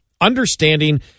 understanding